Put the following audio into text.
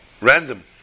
Random